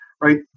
right